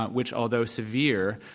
ah which, although severe,